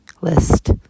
list